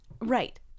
right